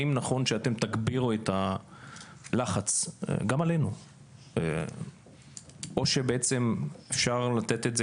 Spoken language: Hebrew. האם נכון שאתם תגבירו את הלחץ גם עלינו או שאפשר לתת את זה,